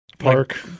park